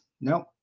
Nope